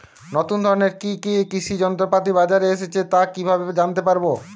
নতুন ধরনের কি কি কৃষি যন্ত্রপাতি বাজারে এসেছে তা কিভাবে জানতেপারব?